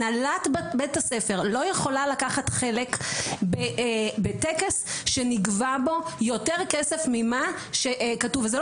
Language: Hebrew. הנהלת בית הספר לא יכולה לקחת חלק בטקס שנגבה בו יותר כסף ממה שכתוב,